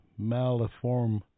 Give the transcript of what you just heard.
Maliform